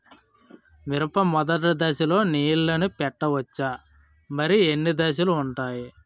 మిరప మొదటి దశలో నీళ్ళని పెట్టవచ్చా? మరియు ఎన్ని దశలు ఉంటాయి?